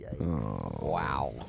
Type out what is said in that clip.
Wow